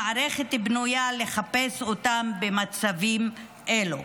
המערכת בנויה לחפש אותם במצבים האלו".